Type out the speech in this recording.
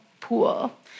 pool